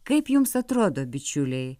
kaip jums atrodo bičiuliai